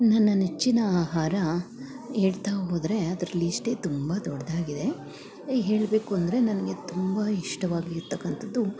ನನ್ನ ನೆಚ್ಚಿನ ಆಹಾರ ಹೇಳ್ತಾ ಹೋದರೆ ಅದ್ರ ಲಿಸ್ಟೇ ತುಂಬ ದೊಡ್ಡದಾಗಿದೆ ಈಗ ಹೇಳಬೇಕೂಂದ್ರೆ ನನಗೆ ತುಂಬ ಇಷ್ಟವಾಗಿರತಕ್ಕಂಥದ್ದು